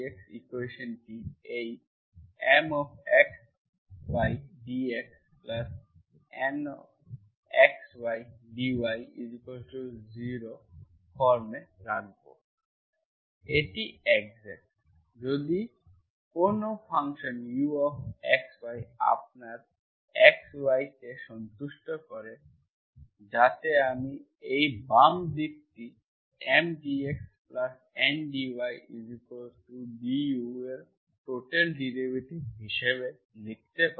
আমি এই dydxfx y ইকুয়েশন্টি এই Mxy dxNxy dy0 ফর্মে রাখব এটি এক্সাক্ট যদি কোনও ফাংশন ux y আপনার x y কে সন্তুষ্ট করে যাতে আমি এই বাম দিকটি M dxN dydu এর টোটাল ডেরিভেটিভ হিসাবে লিখতে পারি